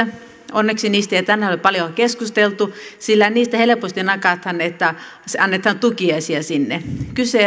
onneksi niistä ei tänään ole paljoa keskusteltu sillä niistä helposti nakataan että annetaan tukiaisia sinne kyse